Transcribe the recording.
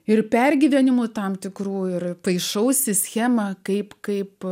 ir pergyvenimų tam tikrų ir paišausi schemą kaip kaip